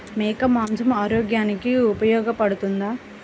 మేక మాంసం ఆరోగ్యానికి ఉపయోగపడుతుందా?